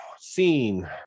seen